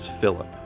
Philip